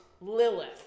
Lilith